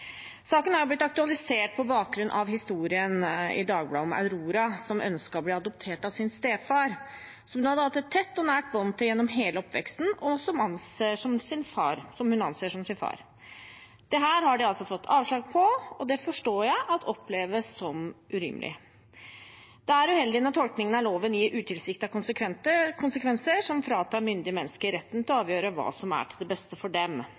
Saken er blitt aktualisert på bakgrunn av Dagbladets historie om Aurora, som ønsket å bli adoptert av sin stefar, som hun hadde hatt et tett og nært bånd til gjennom hele oppveksten, og som hun anser som sin far. Dette har de altså fått avslag på, og det forstår jeg at oppleves som urimelig. Det er uheldig når tolkningen av loven gir utilsiktede konsekvenser som fratar myndige mennesker retten til å avgjøre hva som er til beste for dem.